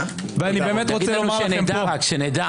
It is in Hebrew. תגיד רק שנדע.